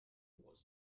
was